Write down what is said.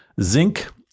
Zinc